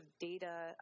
data